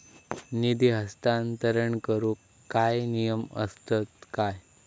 निधी हस्तांतरण करूक काय नियम असतत काय?